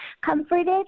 comforted